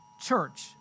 church